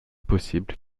possible